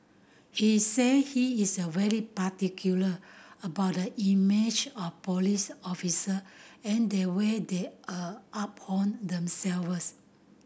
he said he is very particular about the image of police officer and the way they are uphold themselves